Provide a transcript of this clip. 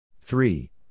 Three